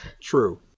True